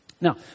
Now